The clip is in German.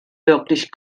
wirklich